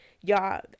y'all